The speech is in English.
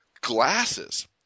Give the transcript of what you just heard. glasses